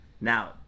Now